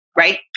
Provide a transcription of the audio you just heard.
right